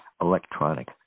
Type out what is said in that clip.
electronic